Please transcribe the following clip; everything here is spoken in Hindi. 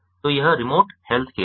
तो यह रिमोट हेल्थ केयर है